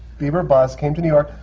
beaver bus, came to new york.